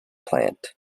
plant